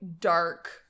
dark